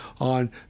on